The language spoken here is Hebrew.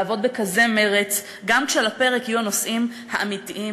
לעבוד בכזה מרץ גם כשעל הפרק יהיו הנושאים האמיתיים,